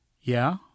Yeah